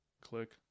Click